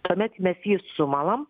tuomet mes jį sumalam